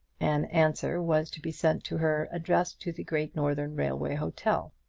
an answer was to be sent to her, addressed to the great northern railway hotel.